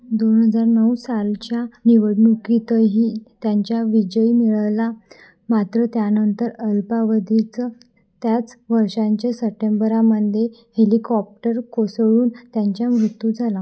दोन हजार नऊ सालच्या निवडणुकीतही त्यांच्या विजय मिळाला मात्र त्यानंतर अल्पावधीत त्याच वर्षांच्या सटेंबरामध्ये हेलिकॉप्टर कोसळून त्यांच्या मृत्यू झाला